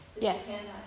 Yes